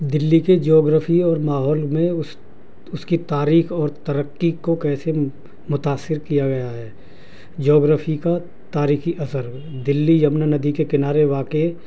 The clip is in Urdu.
دلی کی جیوگرفی اور ماحول میں اس اس کی تاریخ اور ترقی کو کیسے متاثر کیا گیا ہے جیوگرفی کا تاریخی اثر دلی جمنا ندی کے کنارے واقع